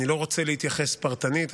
אני לא רוצה להתייחס פרטנית,